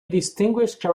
distinguishing